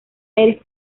eric